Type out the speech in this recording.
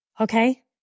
Okay